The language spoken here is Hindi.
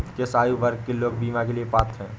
किस आयु वर्ग के लोग बीमा के लिए पात्र हैं?